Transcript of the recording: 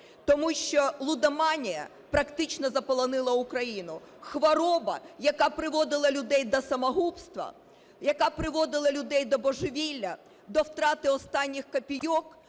Тому що лудоманія практично заполонила Україну. Хвороба, яка приводила людей до самогубства, яка приводила людей до божевілля, до втрати останніх копійок,